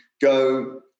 go